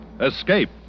escape